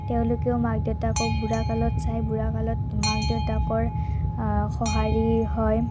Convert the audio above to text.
তেওঁলোকেও মাক দেউতাকক বুঢ়া কালত চায় বুঢ়া কালত মাক দেউতাকৰ সঁহাৰি হয়